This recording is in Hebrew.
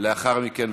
לאחר מכן.